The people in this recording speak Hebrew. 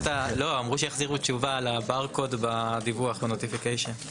אמרו שיחזירו תשובה על הברקוד בדיווח בנוטיפיקיישן.